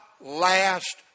last